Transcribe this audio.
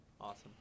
Awesome